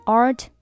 art